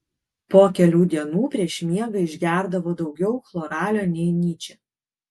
po kelių dienų prieš miegą išgerdavo daugiau chloralio nei nyčė